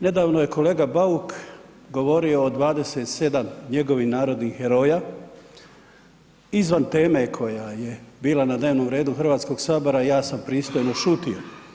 Nedavno je kolega Bauk govorio o 27 njegovih narodnih heroja izvan teme koja je bila na dnevnom redu Hrvatskog sabora ja sam pristojno šutio.